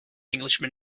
englishman